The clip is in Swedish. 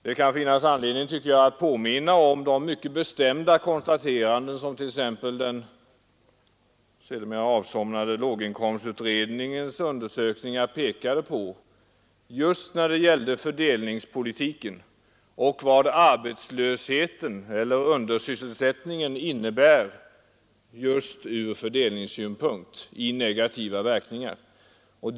Det kan finnas anledning, tycker jag, att påminna om de mycket bestämda konstateranden som t.ex. den sedermera avsomnade låginkomstutredningens undersökningar pekade på just när det gällde fördelningspolitiken och vad arbetslösheten eller undersysselsättningen får för negativa verkningar ur fördelningssynpunkt.